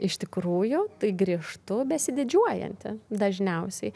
iš tikrųjų tai grįžtu besididžiuojanti dažniausiai